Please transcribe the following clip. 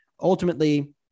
ultimately